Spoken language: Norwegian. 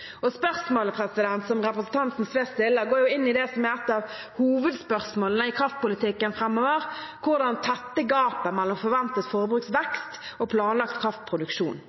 Spørsmålet representanten Sve stiller, går inn i det som er et av hovedspørsmålene i kraftpolitikken framover: Hvordan tette gapet mellom forventet forbruksvekst og planlagt kraftproduksjon?